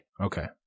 Okay